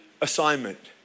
assignment